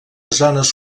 zones